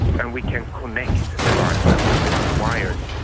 and we can connect devices with wires.